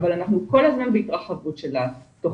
אבל אנחנו כל הזמן בהתרחבות של התכנית.